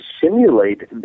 simulate